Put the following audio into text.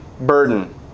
burden